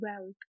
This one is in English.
wealth